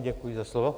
Děkuji za slovo.